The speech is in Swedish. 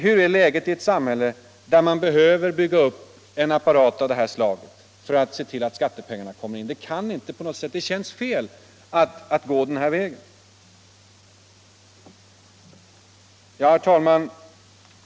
Hur är läget i ett samhälle där det behövs en apparat av Nr 88 det här slaget för att se till att skattepengarna kommer in? Det känns fel att man går den här vägen. Herr talman!